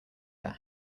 their